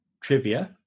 trivia